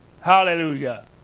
Hallelujah